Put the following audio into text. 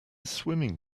swimming